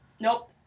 Nope